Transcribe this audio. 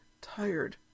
tired